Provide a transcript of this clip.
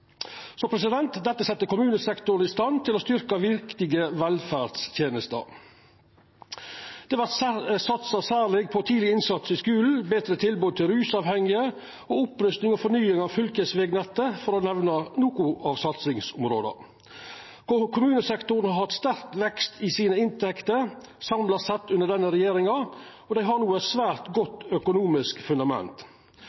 Dette set kommunesektoren i stand til å styrkja viktige velferdstenester. Det vert satsa særleg på tidleg innsats i skulen, betre tilbod til rusavhengige og opprusting og fornying av fylkesvegnettet, for å nemna nokre av satsingsområda. Kommunesektoren har hatt ein sterk vekst i sine inntekter samla sett under denne regjeringa, og dei har no eit svært